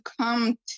come